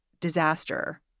disaster